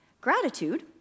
Gratitude